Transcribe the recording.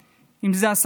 אם אלה הוריו,